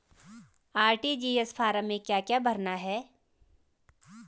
RTGS form में क्या क्या भरना है?